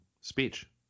speech